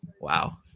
Wow